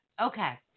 Okay